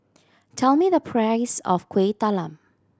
tell me the price of Kueh Talam